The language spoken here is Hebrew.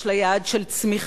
יש לה יעד של צמיחה,